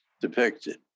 depicted